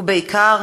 ובעיקר